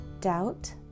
doubt